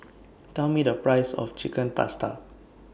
Tell Me The Price of Chicken Pasta